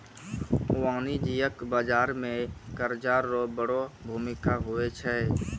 वाणिज्यिक बाजार मे कर्जा रो बड़ो भूमिका हुवै छै